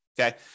Okay